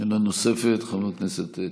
שאלה נוספת, חבר הכנסת קושניר,